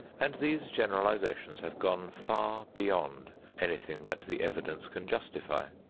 and these generalizations have gone far beyond anything that the evidence can justify.